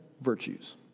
virtues